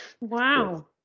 Wow